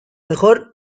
mejor